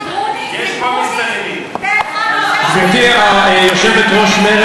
זה לא אתם עשיתם חוק מיוחד לגרוניס?